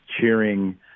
cheering